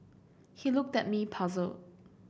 he looked at me puzzled